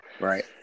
Right